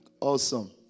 Awesome